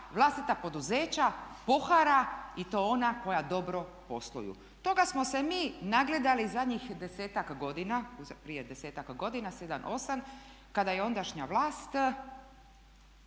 vlastita poduzeća pohara i to ona koja dobro posluju. Toga smo se mi nagledali zadnjih 10-ak godina, prije 10-ak godina, 7, 8 kada je ondašnja vlast